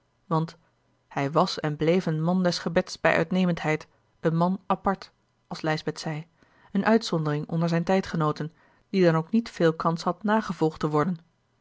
want hij was en bleef een man des gebeds bij uitnemendheid een man apart als lijsbeth zei eene uitzondering onder zijne tijdgenooten die dan ook niet veel kans had nagevolgd te worden